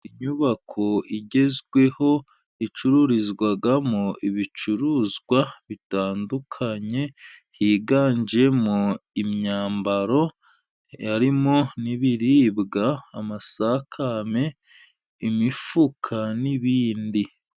Inyubako igezweho icururizwamo ibicuruzwa bitandukanye, higanjemo imyambaro, harimo n'ibiribwa, amasakame, imifuka n'ibindi.